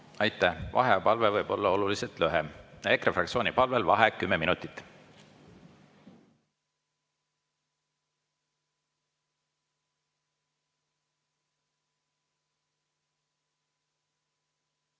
Aitäh! Vaheajapalve võib olla oluliselt lühem. EKRE fraktsiooni palvel vaheaeg kümme minutit.V